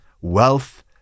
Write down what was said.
wealth